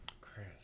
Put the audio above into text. Chris